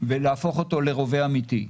ולהפוך אותו לרובה אמיתי.